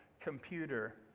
computer